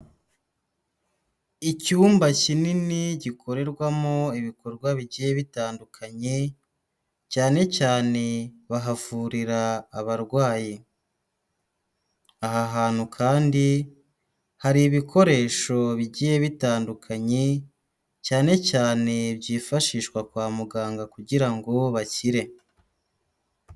Icyumba kinini gikorerwamo ibikorwa bigiye bitandukanye cyane cyane bahavurira abarwayi. Aha hantu kandi hari ibikoresho bigiye bitandukanye cyane cyane byifashishwa kwa muganga kugira ngo bakire.